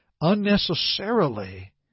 unnecessarily